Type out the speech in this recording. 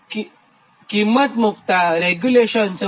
કિંમત મુક્તાં રેગ્યુલેશન 14